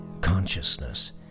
consciousness